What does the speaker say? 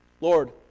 Lord